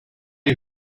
you